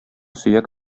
сөяк